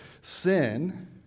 sin